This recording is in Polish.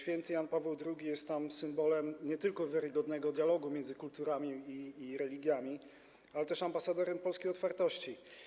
Św. Jan Paweł II jest tam symbolem nie tylko wiarygodnego dialogu między kulturami i religiami, ale też ambasadorem polskiej otwartości.